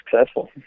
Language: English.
successful